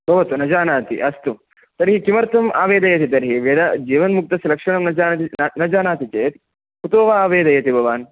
भवतु न जानाति अस्तु तर्हि किमर्थम् आवेदयति तर्हि वेदा जीवन्मुक्तस्य लक्षणं न जा न जानाति चेत् कुतो वा आवेदयति भवान्